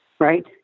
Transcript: Right